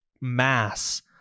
mass